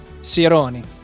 Sironi